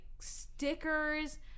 stickers